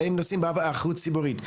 הרי הם נושאים באחריות הציבורית.